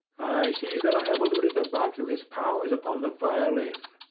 i see that i have alluded above to his powers upon the violin.